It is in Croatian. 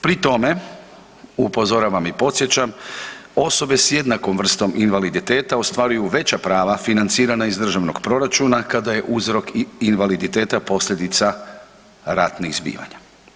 Pri tome upozoravam i podsjećam osobe s jednakom vrstom invaliditeta ostvaruju veća prava financirana iz državnog proračuna kada je uzrok invaliditeta posljedica ratnih zbivanja.